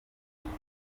witwa